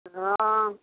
हँ